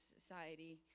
society